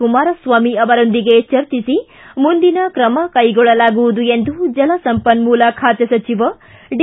ಕುಮಾರಸ್ವಾಮಿ ಅವರೊಂದಿಗೆ ಚರ್ಚಿಸಿ ಮುಂದಿನ ಕ್ರಮ ಕೈಗೊಳ್ಳಲಾಗುವುದು ಎಂದು ಜಲಸಂಪನ್ನೂಲ ಖಾತೆ ಸಚಿವ ಡಿ